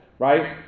Right